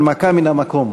הנמקה מן המקום.